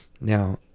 Now